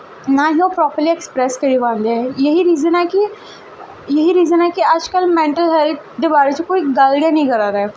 ना ही properly express करी पांदे ऐ एह् ही कारण ऐ कि इ'यै रीज़न ऐ कि अजकल्ल मैंटल हैल्थ दे बारे च कोई गल्ल गै निं करा दा ऐ